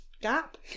gap